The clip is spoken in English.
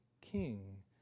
king